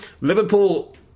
Liverpool